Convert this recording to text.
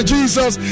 Jesus